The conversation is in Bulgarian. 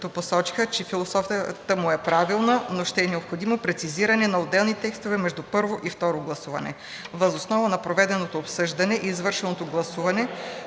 като посочиха, че философията му е правилна, но ще е необходимо прецизиране на отделни текстове между първо и второ гласуване. Въз основа на проведеното обсъждане и извършеното гласуване